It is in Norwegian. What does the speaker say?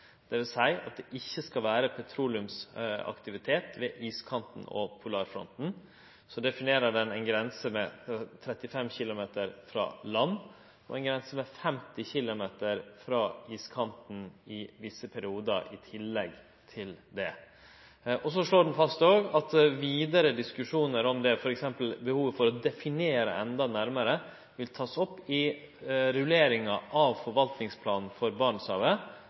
at det ikkje skal vere petroleumsaktivitet ved iskanten og polarfronten. Så definerer forvaltingsplanen ei grense på 35 km frå land og ei grense på 50 km frå iskanten i visse periodar i tillegg. Han slår òg fast at vidare diskusjonar om det f.eks. er behov for å definere det endå nærmare, vil verte teke opp i rulleringa av forvaltingsplanen for